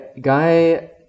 guy